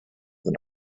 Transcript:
than